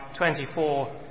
24